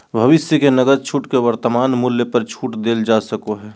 भविष्य के नकद छूट के वर्तमान मूल्य पर छूट देल जा सको हइ